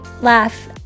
laugh